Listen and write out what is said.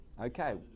Okay